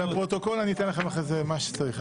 לפרוטוקול אתן לכם אחר כך מה שצריך.